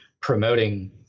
promoting